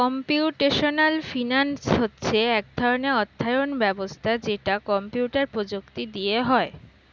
computational finance হচ্ছে এক ধরণের অর্থায়ন ব্যবস্থা যেটা কম্পিউটার প্রযুক্তি দিয়ে হয়